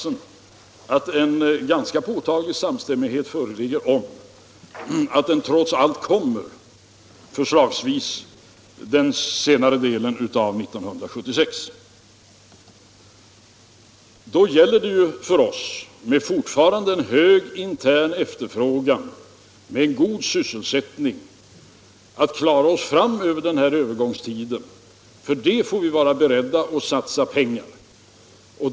En ganska påtaglig samstämmighet föreligger om att den trots allt kommer, förslagsvis under senare delen av 1976. Då gäller det för oss med fortfarande en god intern efterfrågan och god sysselsättning att klara oss igenom den här övergångstiden. För det får vi vara beredda att satsa pengar.